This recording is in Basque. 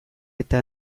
eta